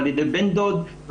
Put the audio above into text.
בן דוד,